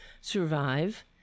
survive